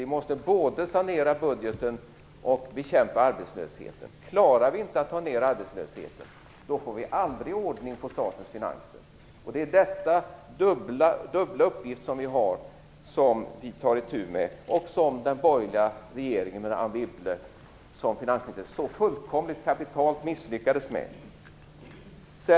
Vi måste både sanera budgeten och bekämpa arbetslösheten. Klarar vi inte att ta ned arbetslösheten, får vi aldrig ordning på statens finanser. Det är ju denna dubbla uppgift som vi har som vi tar itu med, vilket den borgerliga regeringen med Anne Wibble som finansminister så fullkomligt och kapitalt misslyckades med.